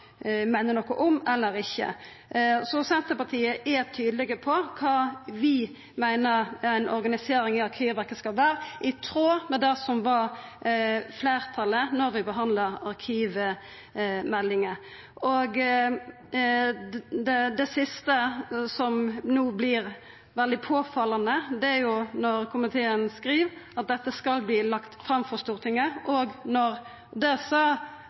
noko om og ikkje. Senterpartiet er tydelege på kva vi meiner ei organisering av Arkivverket skal vera, i tråd med det som var fleirtalet sitt syn då vi behandla arkivmeldinga. Det som no vert veldig påfallande, er at komiteen skriv at dette skal leggjast fram for Stortinget.